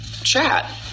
chat